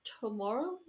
tomorrow